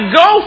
go